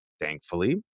thankfully